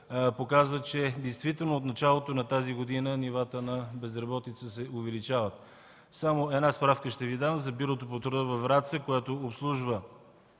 показва, че действително от началото на тази година нивата на безработица се увеличават. Само една справка ще Ви дам за Бюрото по труда във Враца, което обслужва